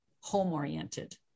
home-oriented